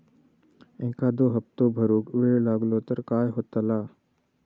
एखादो हप्तो भरुक वेळ लागलो तर काय होतला?